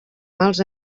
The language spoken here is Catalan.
mals